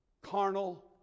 carnal